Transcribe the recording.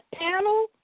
panel